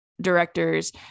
directors